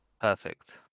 Perfect